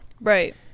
Right